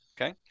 Okay